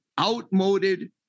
outmoded